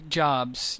jobs